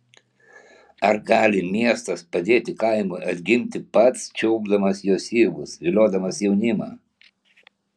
ar gali miestas padėti kaimui atgimti pats čiulpdamas jo syvus viliodamas jaunimą